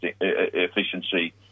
efficiency